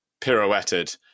pirouetted